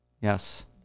Yes